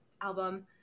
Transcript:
album